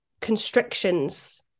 constrictions